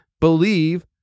believe